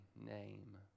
name